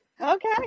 Okay